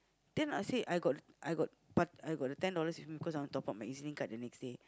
then I say I got I got p~ ten dollars with me because I want top up my E_Z-Link card the next day